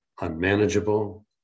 unmanageable